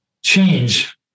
Change